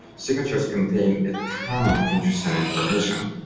signatures contain a ton of interesting information,